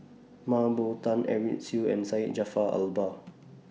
Mah Bow Tan Edwin Siew and Syed Jaafar Albar